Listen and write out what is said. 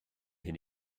hyn